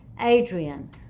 Adrian